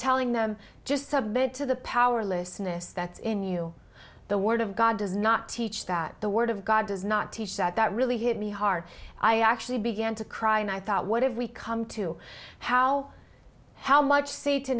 telling them just submit to the powerlessness that's in you the word of god does not teach that the word of god does not teach that that really hit me hard i actually began to cry and i thought what if we come to how how much sa